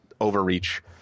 overreach